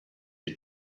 had